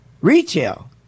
Retail